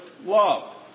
love